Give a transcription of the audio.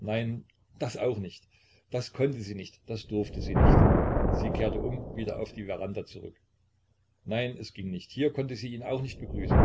nein das auch nicht das konnte sie nicht das durfte sie nicht sie kehrte um wieder auf die veranda zurück nein es ging nicht hier konnte sie ihn auch nicht begrüßen